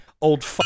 old